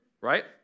right